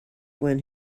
when